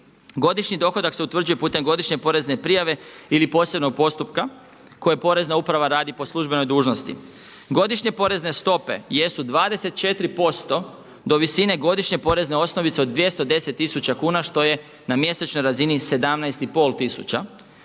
Godišnji dohodak se utvrđuje putem Godišnje porezne prijave ili posebnog postupka kojeg Porezna uprava radi po službenoj dužnosti. Godišnje porezne stope jesu 24 posto do visine godišnje porezne osnovice od 210 000 kuna što je na mjesečnoj razini 17